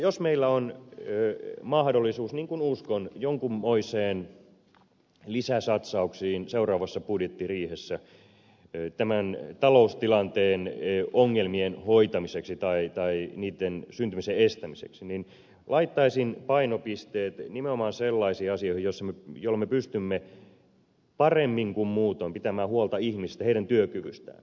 jos meillä on mahdollisuus niin kuin uskon jonkunmoisiin lisäsatsauksiin seuraavassa budjettiriihessä tämän taloustilanteen ongelmien hoitamiseksi tai niitten syntymisen estämiseksi niin laittaisin painopisteet nimenomaan sellaisiin asioihin joilla me pystymme paremmin kuin muutoin pitämään huolta ihmisistä heidän työkyvystään